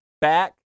back